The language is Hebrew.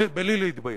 בלי להתבייש.